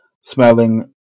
smelling